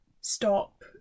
stop